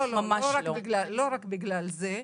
לא רק בגלל זה.